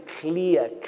clear